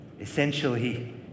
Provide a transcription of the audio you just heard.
essentially